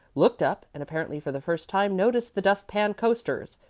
looked up and apparently for the first time noticed the dust-pan coasters.